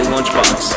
Lunchbox